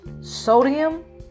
sodium